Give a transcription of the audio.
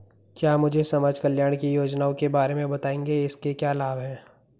क्या मुझे समाज कल्याण की योजनाओं के बारे में बताएँगे इसके क्या लाभ हैं?